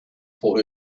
for